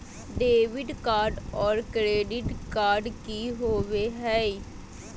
Debit card और credit card की होवे हय?